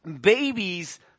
Babies